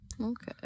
Okay